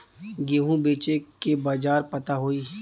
गेहूँ बेचे के बाजार पता होई?